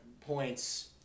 points